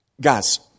guys